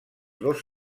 dos